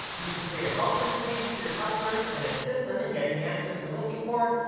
you can create a help center page for your customers and assist them in getting the answers they're looking for.